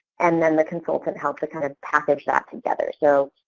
and then the consultant helped to kind of package that together. so,